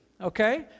okay